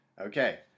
Okay